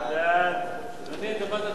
חוק איסור מימון טרור (תיקון מס' 4),